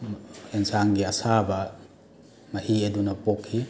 ꯏꯟꯁꯥꯡꯒꯤ ꯑꯁꯥꯕ ꯃꯍꯤ ꯑꯗꯨꯅ ꯄꯣꯛꯈꯤ